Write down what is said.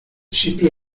siempre